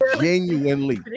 genuinely